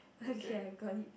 okay I got it back